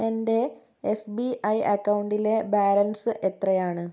എൻ്റെ S B I അക്കൗണ്ടിലെ balance എത്രയാണ്